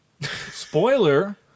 Spoiler